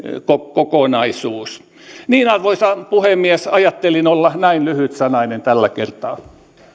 kokonaisuus arvoisa puhemies ajattelin olla näin lyhytsanainen tällä kertaa